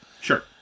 Sure